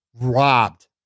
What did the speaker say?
Robbed